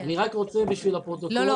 אני רק רוצה בשביל הפרוטוקול -- לא,